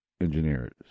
engineers